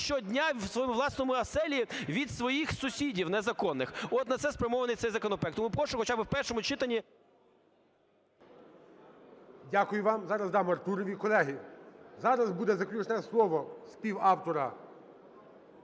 щодня в своїй власній оселі від своїх сусідів незаконних. От на це спрямований цей законопроект. Тому прошу хоча би в першому читанні… ГОЛОВУЮЧИЙ. Дякую вам. Зараз дам Артурові. Колеги, зараз буде заключне слово співавтора